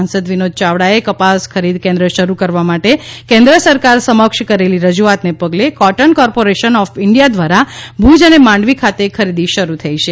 સાંસદ વિનોદ ચાવડાએ કપાસ ખરીદ કેન્દ્ર શરૂ કરવા માટે કેન્દ્ર સરકાર સમક્ષ કરેલી રજૂઆતને પગલે કોટન કોર્પોરેશન ઓફ ઈન્ડીયા દ્વારા ભુજ અને માંડવી ખાતે ખરીદી શરૂ થઈ છે